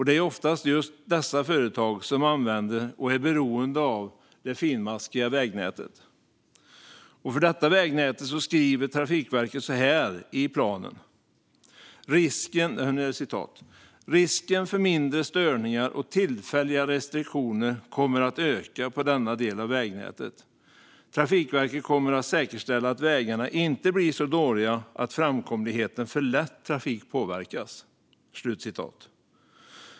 Det är oftast just dessa företag som använder och är beroende av det finmaskiga vägnätet. Om detta vägnät skriver Trafikverket följande i sitt förslag: "Risken för mindre störningar och tillfälliga restriktioner kommer att öka på denna del av vägnätet. Trafikverket kommer att säkerställa att vägarna inte blir så dåliga att framkomligheten för lätt trafik påverkas."